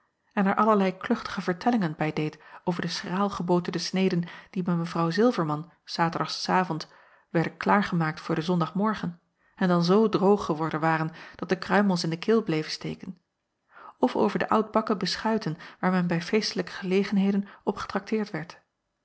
en er allerlei kluchtige vertellingen bij deed over de schraal geboterde sneden die bij w ilverman s aturdags avond werden klaargemaakt voor den ondagmorgen en dan zoo droog geworden waren dat de kruimels in de keel bleven steken of over de oudbakken beschuiten waar men bij feestelijke gelegenheden op getrakteerd werd